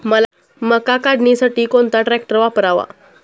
मका काढणीसाठी कोणता ट्रॅक्टर वापरावा?